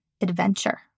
adventure